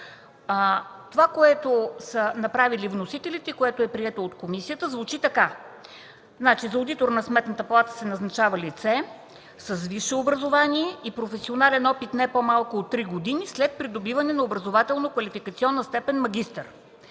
Това, което са направили вносителите и което е прието от комисията звучи така: „За одитор на Сметната палата се назначава лице с висше образование и професионален опит не по-малко от три години след придобиване на образователно-квалификационна степен „магистър”.